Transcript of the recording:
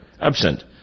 absent